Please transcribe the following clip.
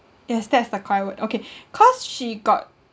yes that's the correct word okay cause she got